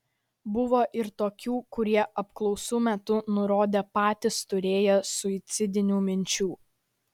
buvo ir tokių kurie apklausų metu nurodė patys turėję suicidinių minčių